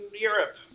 Europe